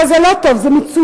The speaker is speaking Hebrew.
לא, זה לא טוב, זה מצוין.